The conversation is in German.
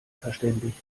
verständigt